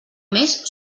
més